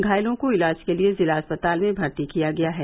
घायलों को इलाज के लिये जिला अस्पताल में भर्ती किया गया है